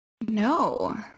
No